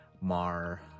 Mar